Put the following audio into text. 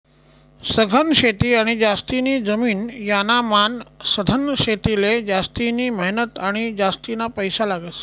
सघन शेती आणि जास्तीनी जमीन यानामान सधन शेतीले जास्तिनी मेहनत आणि जास्तीना पैसा लागस